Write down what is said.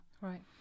Right